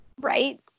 Right